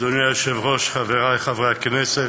אדוני היושב-ראש, חברי חברי הכנסת,